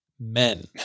Men